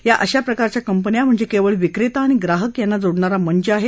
या अशा प्रकारच्या कंपन्या म्हणजे केवळ विक्रेता आणि ग्राहक यांना जोडणारा मंच आहे